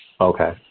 Okay